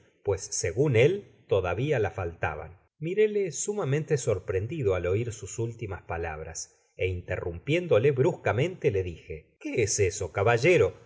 pues segun él todavia la faltaban mirele sumamente sorprendido al oir sus últimas palabras é interrumpiéndole bruscamente le dije iquó es eso caballero